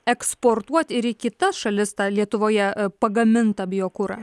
eksportuot ir į kitas šalis tą lietuvoje pagamintą biokurą